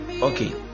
Okay